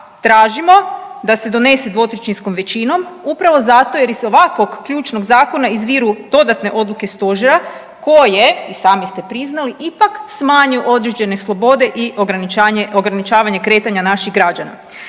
tražimo da se donese 2/3 većinom upravo zato jer iz ovakvog ključnog zakona izviru dodatne odluke Stožera koje i sami ste priznali ipak smanjuju određene slobode i ograničavanje kretanja naših građana.